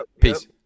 Peace